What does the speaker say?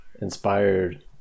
inspired